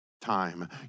time